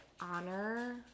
honor